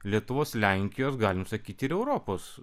lietuvos lenkijos galima sakyt ir europos